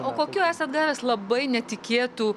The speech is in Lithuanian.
o kokių esat gavęs labai netikėtų